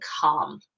calm